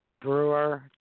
Brewer